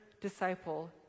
disciple